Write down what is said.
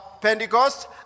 Pentecost